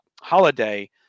holiday